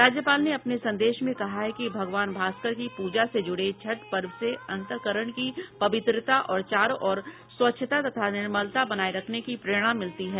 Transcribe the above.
राज्यपाल ने अपने संदेश में कहा है कि भगवान भास्कर की पूजा से जूड़े छठ पर्व से अंतःकरण की पवित्रता और चारों ओर स्वच्छता तथा निर्मलता बनाये रखने की प्रेरणा मिलती है